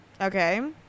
okay